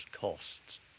costs